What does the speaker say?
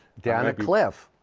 down a cliff.